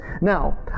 now